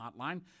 hotline